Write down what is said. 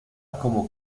como